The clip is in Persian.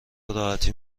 راحتی